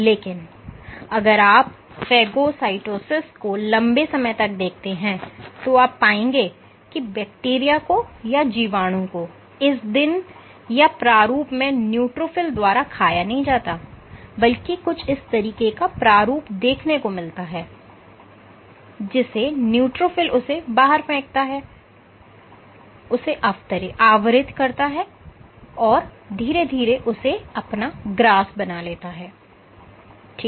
लेकिन अगर आप फेगोसाइटोसिस को लंबे समय तक देखते हैं तो आप पाएंगे कि बैक्टीरिया को या जीवाणु को इस दिन या या प्रारूप में न्यूट्रोफिल द्वारा खाया नहीं जाता बल्कि कुछ इस तरीके का प्रारूप देखने को मिलता है जैसे न्यूट्रोफिल उसे बाहर फेंकता है उसे आवरित करता है और धीरे धीरे उसे अपना ग्रास बना लेता है ठीक है